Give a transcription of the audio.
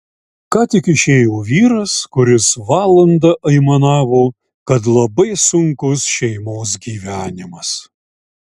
ką tik išėjo vyras kuris valandą aimanavo kad labai sunkus šeimos gyvenimas